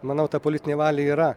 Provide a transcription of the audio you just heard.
manau ta politinė valia yra